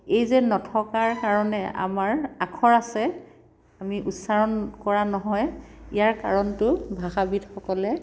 এই যে নথকাৰ কাৰণে আমাৰ আখৰ আছে আমি উচ্চাৰণ কৰা নহয় ইয়াৰ কাৰণটো ভাষাবিদসকলে